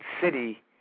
city